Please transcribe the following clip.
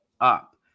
up